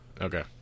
Okay